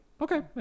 Okay